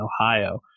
Ohio